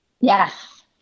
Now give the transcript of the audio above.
Yes